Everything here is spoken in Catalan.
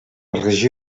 regió